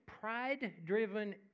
pride-driven